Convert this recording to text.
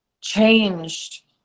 changed